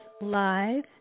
live